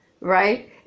Right